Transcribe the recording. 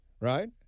right